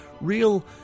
real